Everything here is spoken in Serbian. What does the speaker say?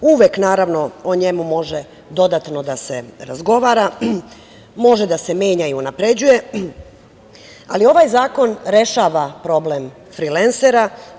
Uvek, naravno, o njemu može dodatno da se razgovara, može da se menja i unapređuje, ali ovaj zakon rešava problem frilensera.